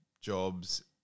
Jobs